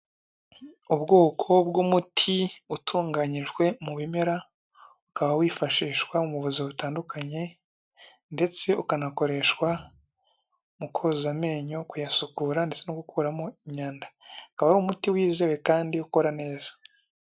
Ubwoko bw'umuti utunganyijwe mu bimera, ukaba wifashishwa mu buzima butandukanye ndetse ukanakoreshwa mu koza amenyo, kuyasukura ndetse no gukuramo imyanda. Ukaba ari umuti wizewe kandi ukora neza.